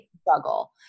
struggle